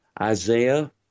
Isaiah